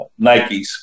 Nikes